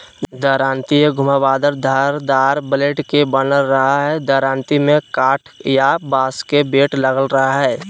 दरांती एक घुमावदार धारदार ब्लेड के बनल रहई हई दरांती में काठ या बांस के बेट लगल रह हई